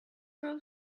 grow